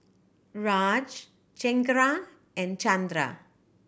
Raj Chengara and Chandra